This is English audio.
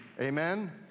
Amen